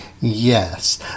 Yes